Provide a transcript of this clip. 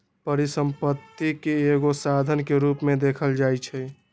परिसम्पत्ति के एगो साधन के रूप में देखल जाइछइ